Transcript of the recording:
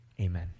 amen